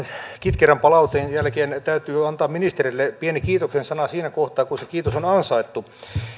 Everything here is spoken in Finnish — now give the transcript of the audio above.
kitkerän palautteen jälkeen täytyy antaa ministerille pieni kiitoksen sana siinä kohtaa kun se kiitos on on ansaittu